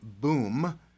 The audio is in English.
boom